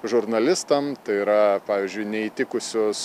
žurnalistam tai yra pavyzdžiui neįtikusius